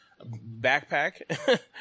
backpack